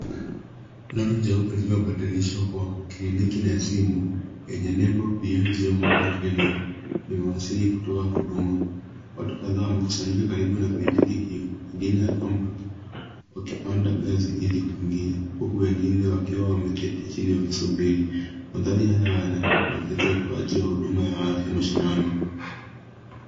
Lori jeupe lililo badilishwa kuwa kliniki ya simu enye nebo [ cs] beyond zero mobile clinic limewasili kutoa huduma. Watu kadhaa wamekusanyika karibu na kliniki hio. Wengine wakipanda ngazi ili kuingia huku wengine wakiwa wanasubiri, maandari haya yana tokezo ya utoaji wa afya mashinani.